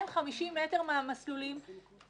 הילדים האלה בסכנה בטיחותית יום יום.